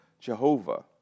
Jehovah